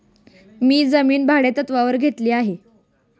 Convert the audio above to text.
मी जमीन भाडेतत्त्वावर घेतली आहे